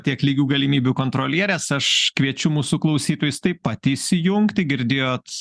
tiek lygių galimybių kontrolierės aš kviečiu mūsų klausytojus taip pat įsijungti girdėjot